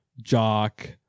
jock